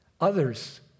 Others